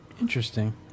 Interesting